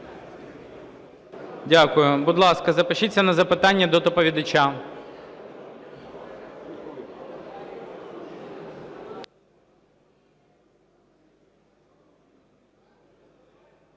Дякую. Будь ласка, запишіться на запитання до доповідача.